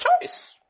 choice